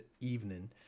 evening